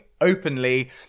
openly